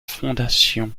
fondation